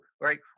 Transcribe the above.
Right